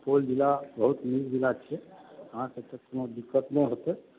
सुपौल जिला बहुत नीक जिला छिए अहाँके एतऽ कोनो दिक्कत नहि हेतै